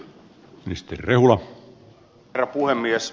herra puhemies